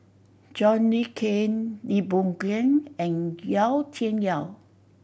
John Le Cain Lee Boon Ngan and Yau Tian Yau